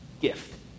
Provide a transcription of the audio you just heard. gift